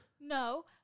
No